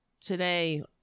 today